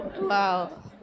Wow